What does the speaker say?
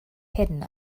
hidden